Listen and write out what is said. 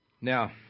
Now